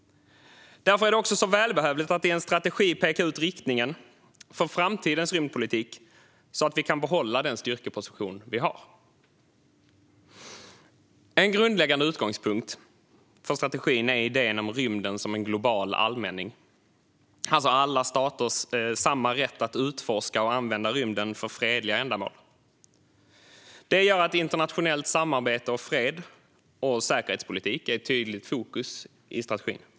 Därför är det också så välbehövligt att i en strategi peka ut riktningen för framtidens rymdpolitik, så att vi kan behålla den styrkeposition vi har. En grundläggande utgångpunkt för strategin är idén om rymden som en global allmänning. Alla stater har samma rätt att utforska och använda rymden för fredliga ändamål. Det gör att internationellt samarbete, fred och säkerhetspolitik är i tydligt fokus i strategin.